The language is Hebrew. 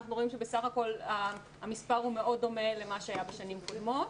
אנחנו רואים שבסך הכול המספר הוא מאוד דומה למה שהיה בשנים קודמות.